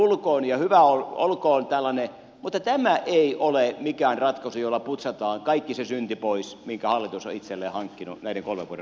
tulkoon ja hyvä olkoon tällainen mutta tämä ei ole mikään ratkaisu jolla putsataan kaikki se synti pois minkä hallitus on itselleen hankkinut näiden kolmen vuoden aikaan